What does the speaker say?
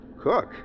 Cook